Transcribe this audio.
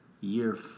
year